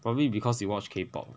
probably because we watched K_P_O_P [what]